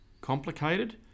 complicated